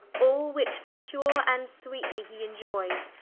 all which secure, and sweetly he enioyes,